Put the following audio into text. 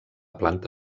planta